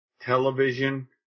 television